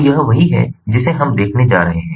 तो यह वही है जिसे हम देखने जा रहे हैं